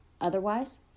Otherwise